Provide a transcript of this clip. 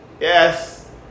yes